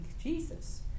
jesus